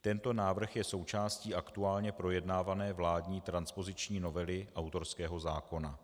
Tento návrh je součástí aktuálně projednávané vládní transpoziční novely autorského zákona.